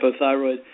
hypothyroid